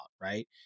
right